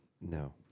No